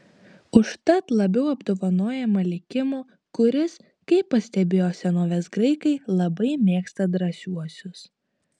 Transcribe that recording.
užtat labiau apdovanojama likimo kuris kaip pastebėjo senovės graikai labai mėgsta drąsiuosius